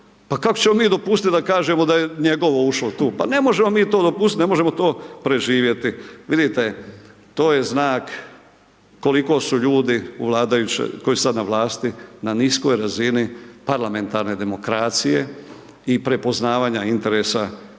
pa kako ćemo mi dopustit da kažemo da je njegovo ušlo tu, pa ne možemo mi to dopustit ne možemo to preživjeti. Vidite to je znak koliko su ljudi u vladajućoj, koji su sada na vlasti na niskoj razini parlamentarne demokracije i prepoznavanja interesa građana.